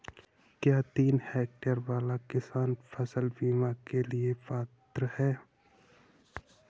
क्या तीन हेक्टेयर वाला किसान फसल बीमा के लिए पात्र हैं?